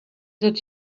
that